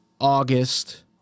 August